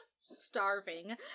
starving